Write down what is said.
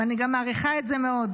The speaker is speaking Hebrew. ואני גם מעריכה את זה מאוד,